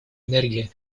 энергии